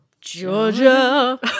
Georgia